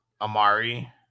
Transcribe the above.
Amari